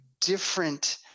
different